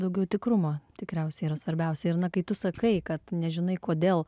daugiau tikrumo tikriausiai yra svarbiausia ir na kai tu sakai kad nežinai kodėl